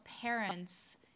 parents